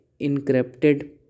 encrypted